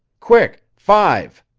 quick five.